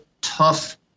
tough